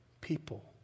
people